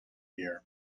year